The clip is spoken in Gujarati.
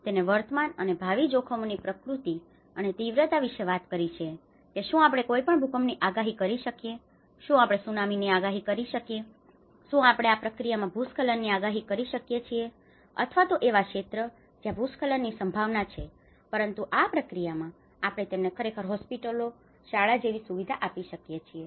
તેને વર્તમાન અને ભાવિ જોખમોની પ્રકૃતિ અને તીવ્રતા વિશે વાત કરી છે કે શું આપણે કોઈપણ ભૂકંપની આગાહી કરી શકીએ છીએ શું આપણે ત્સુનામીની આગાહી કરી શકીએ છીએ શું આપણે આ પ્રક્રિયામાં ભૂસ્ખલનની આગાહી કરી શકીએ છીએ અથવા તો એવા ક્ષેત્ર છે કે જ્યાં ભૂસ્ખલનની સંભાવના છે પરંતુ આ પ્રક્રિયામાં આપણે તેમને ખરેખર હોસ્પિટલો શાળાઓ જેવી સુવિધા આપી શકીએ છીએ